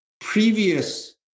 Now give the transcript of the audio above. Previous